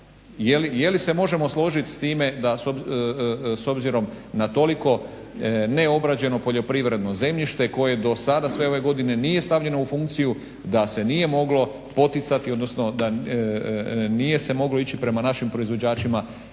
Je li se možemo složit s time da s obzirom na toliko neobrađeno poljoprivredno zemljište koje do sada sve ove godine nije stavljeno u funkciju, da se nije moglo poticati, odnosno da nije se moglo ići prema našim proizvođačima,